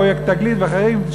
פרויקט "תגלית" ואחרים,